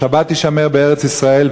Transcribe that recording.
השבת תישמר בארץ-ישראל,